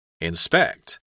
Inspect